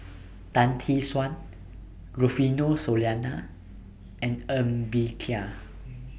Tan Tee Suan Rufino Soliano and Ng Bee Kia